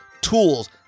tools